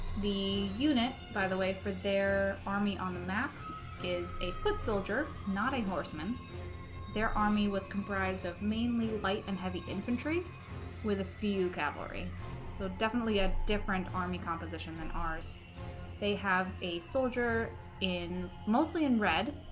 the unit by the way for their army on the map is foot soldier not a horseman their army was comprised of mainly light and heavy infantry with a few cavalry so definitely a different army composition than ours they have a soldier in mostly in red